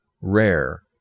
rare